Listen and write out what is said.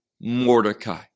Mordecai